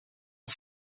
had